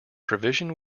provision